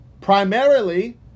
primarily